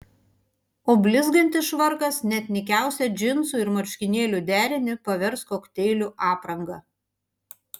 o blizgantis švarkas net nykiausią džinsų ir marškinėlių derinį pavers kokteilių apranga